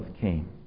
came